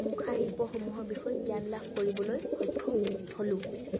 মুখাশিল্প সমূহৰ বিষয়ে জ্ঞান লাভ কৰিবলৈ সক্ষম হ'লোঁ